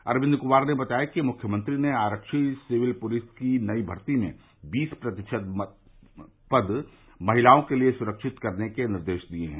अरविंद कुमार ने बताया कि मुख्यमंत्री ने आख्वी सिविल पुलिस की नई भर्ती में बीस प्रतिशत पद महिलाओं के लिए सुरक्षित करने के भी निर्देश दिये हैं